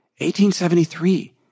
1873